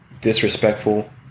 disrespectful